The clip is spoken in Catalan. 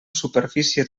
superfície